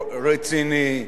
אתה אוהב לדבר,